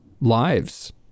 lives